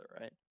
right